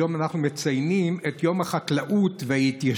היום אנחנו מציינים את יום החקלאות וההתיישבות,